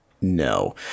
No